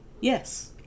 yes